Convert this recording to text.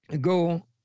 go